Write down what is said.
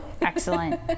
Excellent